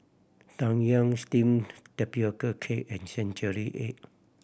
Tang Yuen steamed tapioca cake and century egg